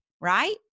right